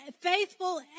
faithful